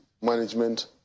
management